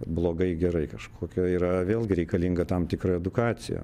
blogai gerai kažkokia yra vėlgi reikalinga tam tikra edukacija